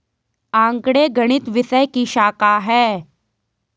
आंकड़े गणित विषय की शाखा हैं